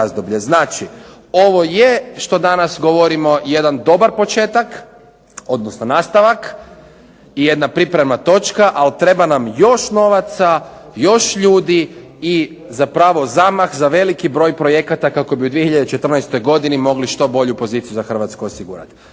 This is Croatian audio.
Znači, ovo je što danas govorimo jedan dobar početak, odnosno nastavak i jedna pripremna točka, ali treba nam još novaca, još ljudi i zapravo zamah za veliki broj projekata kako bi u 2014. godini mogli što bolju poziciju za Hrvatsku osigurati.